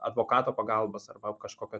advokato pagalbos arba kažkokio